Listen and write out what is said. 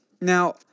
Now